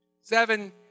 Seven